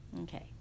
Okay